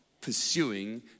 pursuing